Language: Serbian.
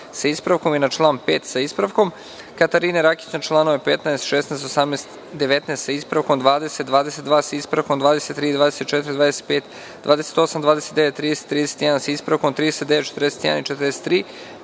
i na član 5. sa ispravkom, Katarine Rakić na članove 15, 16, 18, 19. sa ispravkom, 20, 22. sa ispravkom, 23, 24, 25, 28, 29, 30, 31. sa ispravkom, 39, 41. i 43.